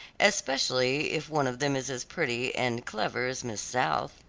especially if one of them is as pretty and clever as miss south.